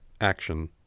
action